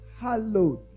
hallowed